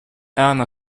anna